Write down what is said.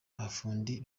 abafundi